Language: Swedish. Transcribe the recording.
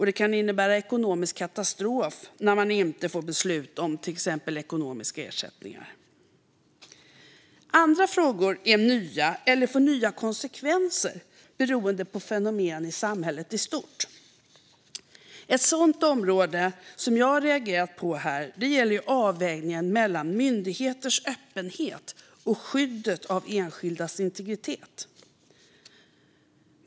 Det kan innebära ekonomisk katastrof när man inte får beslut om till exempel ekonomiska ersättningar. Andra frågor är nya eller får nya konsekvenser beroende på fenomen i samhället i stort. Ett sådant område, som jag har reagerat på här, gäller avvägningen mellan myndigheters öppenhet och skyddet av enskildas integritet.